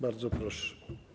Bardzo proszę.